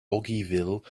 ogilvy